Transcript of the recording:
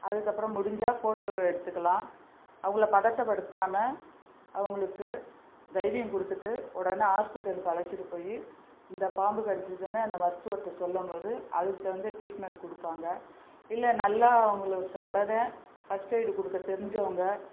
அதுக்கப்புறம் முடிஞ்சால் ஃபோட்டோவை எடுத்துக்கலாம் அவங்கள பதட்டப்படுத்தாமல் அவங்களுக்கு தைரியம் கொடுத்துட்டு உடனே ஹாஸ்பிட்டலுக்கு அழைச்சுட்டு போய் இந்த பாம்பு கடிச்சிதுன்னு அந்த மருத்துவர்கிட்ட சொல்லும் போது அதுக்கு தகுந்த ட்ரீட்மெண்ட் கொடுப்பாங்க இல்லை நல்லா அவங்கள உடனே ஃபஸ்ட்எய்டு கொடுக்க தெரிஞ்சவங்க